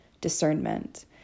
discernment